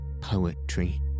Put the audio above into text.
poetry